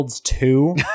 Two